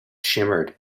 shimmered